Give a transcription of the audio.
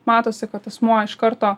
matosi kad asmuo iš karto